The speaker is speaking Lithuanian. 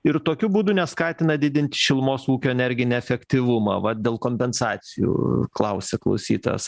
ir tokiu būdu neskatina didint šilumos ūkio energinį efektyvumą vat dėl kompensacijų klausia klausytojas